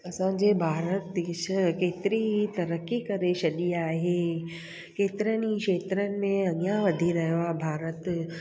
असांजे भारत देश केतिरी तरक़ी करे छॾी आहे केतिरनि ई खेत्रनि में अॻियां वधी रहियो आहे भारत